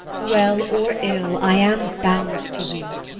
well, or ill, i am bound to you.